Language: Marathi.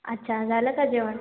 अच्छा झालं का जेवण